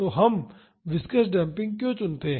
तो हम viscous damping क्यों चुनते हैं